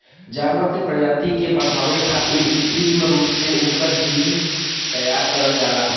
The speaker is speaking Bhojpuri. जानवर के प्रजाति के बढ़ावे खारित कृत्रिम रूप से उनकर जीन तैयार करल जाला